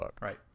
Right